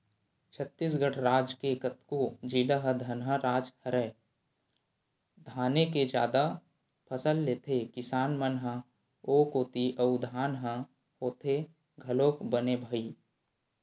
छत्तीसगढ़ राज के कतको जिला ह धनहा राज हरय धाने के जादा फसल लेथे किसान मन ह ओ कोती अउ धान ह होथे घलोक बने भई